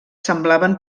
semblaven